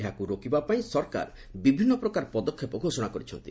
ଏହାକୁ ରୋକିବା ପାଇଁ ସରକାର ବିଭିନ୍ନ ପ୍ରକାର ପଦକ୍ଷେପ ଘୋଷଣା କରିଛନ୍ତି